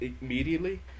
immediately